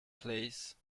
place